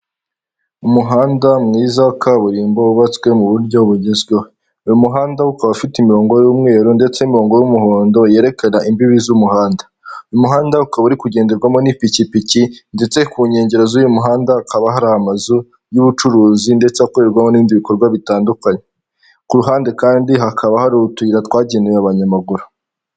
Umuhanda mwiza wa kaburimbo wubatswe mu buryo bugezweho, uyu muhanda ukaba ufite imirongo y'umweru ndetse n'imirongo y'umuhondo yerekanaga imbibi z'umuhanda uyu muhanda ukaba uri kugenderwamo n'ipikipiki ndetse ku nkengero z'uyu muhanda hakaba hari amazu y'ubucuruzi ndetse akorerwaho n'ibibindi bikorwa bitandukanye ku ruhande kandi hakaba hari utuyira twagenewe abanyamaguru.